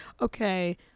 okay